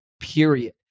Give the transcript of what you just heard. period